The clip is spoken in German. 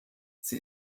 sie